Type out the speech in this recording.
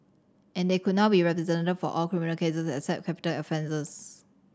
and they could now be represented for all criminal cases except capital offences